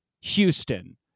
Houston